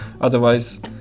Otherwise